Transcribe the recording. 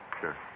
sure